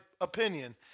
opinion